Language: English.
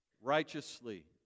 righteously